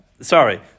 sorry